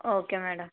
okay madam